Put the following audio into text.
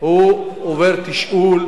הוא עובר תשאול.